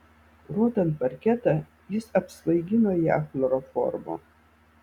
rodant parketą jis apsvaigino ją chloroformu